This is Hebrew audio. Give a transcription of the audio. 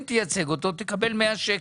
אם תייצג אותו תקבל 100 שקל,